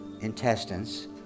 intestines